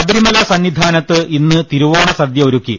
ശബരിമല സന്നിധാനത്ത് ഇന്ന് തിരുവോണസദ്യ ഒരുക്കി